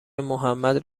محمد